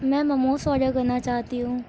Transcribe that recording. میں مموز آڈر کرنا چاہتی ہوں